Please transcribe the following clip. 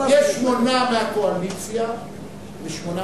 יש שמונה מהקואליציה ושמונה